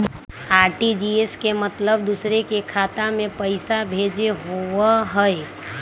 RTGS के मतलब दूसरे के खाता में पईसा भेजे होअ हई?